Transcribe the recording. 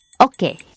Okay